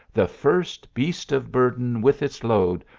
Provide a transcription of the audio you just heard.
the first beast of burden, with its load,